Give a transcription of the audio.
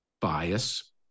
bias